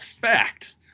fact